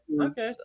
Okay